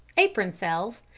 apron sales,